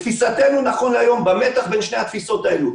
בתפיסתנו נכון להיום, במתח בין שתי התפיסות האלה,